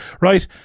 right